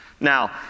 Now